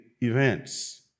events